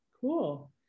Cool